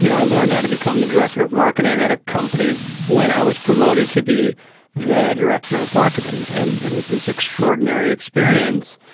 you know i learned how to become the director of marketing at a company when i was promoted to be the director of marketing, and it was this extraordinary experience.